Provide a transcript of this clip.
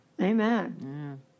Amen